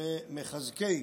למחזקי